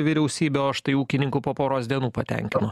vyriausybė o štai ūkininkų po poros dienų patenkino